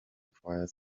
acquire